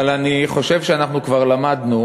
אבל אני חושב שכבר למדנו